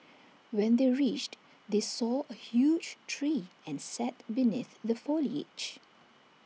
when they reached they saw A huge tree and sat beneath the foliage